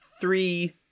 three